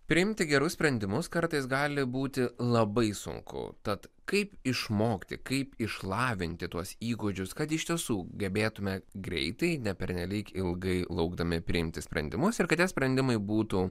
priimti gerus sprendimus kartais gali būti labai sunku tad kaip išmokti kaip išlavinti tuos įgūdžius kad iš tiesų gebėtume greitai ne pernelyg ilgai laukdami priimti sprendimus ir kad tie sprendimai būtų